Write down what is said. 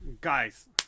guys